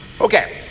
Okay